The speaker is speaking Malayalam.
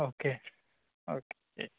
ഓക്കെ ഓക്കെ ശരി